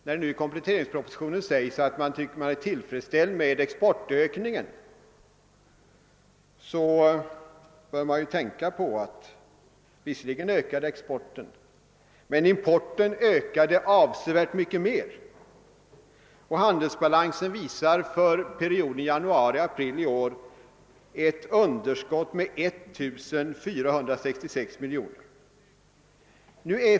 När det nu i kompletteringspropositionen sägs att man är till freds med exportökningen skall vi hålla i minnet att exporten visserligen ökat men att importen ökat mycket mer. Handelsbalansen visar för perioden januari— april i år ett underskott med 1 466 miljoner.